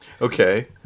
Okay